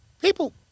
People